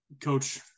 coach